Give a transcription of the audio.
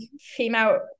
female